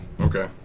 Okay